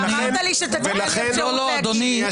אמרת לי שתיתן לי אפשרות --- אדוני,